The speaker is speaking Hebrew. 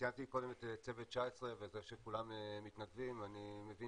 ציינתי קודם את צוות 19 וזה שכולם מתנדבים ואני מבין